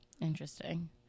interesting